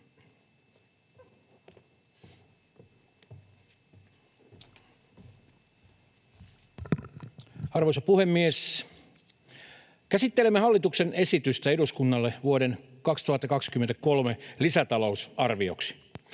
Arvoisa puhemies! Käsittelemme hallituksen esitystä eduskunnalle vuoden 2023 lisätalousarvioksi.